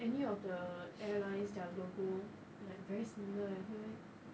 any of the airlines their logo like very similar eh 不会 meh